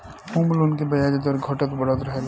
home loan के ब्याज दर घटत बढ़त रहेला